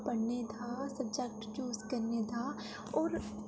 पढ़ने दा subject choose करने दा होर